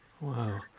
Wow